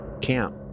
camp